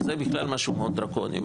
זה בכלל משהו מאוד דרקוני.